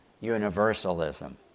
universalism